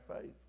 faith